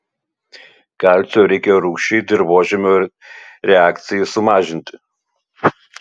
kalcio reikia rūgščiai dirvožemio reakcijai sumažinti